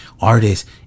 Artists